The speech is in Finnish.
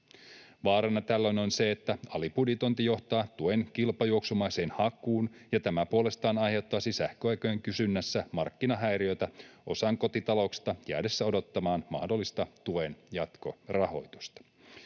Vaarana tällöin on se, että alibudjetointi johtaa tuen kilpajuoksumaiseen hakuun, ja tämä puolestaan aiheuttaisi sähköautojen kysynnässä markkinahäiriöitä osan kotitalouksista jäädessä odottamaan mahdollista tuen jatkorahoitusta.